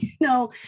no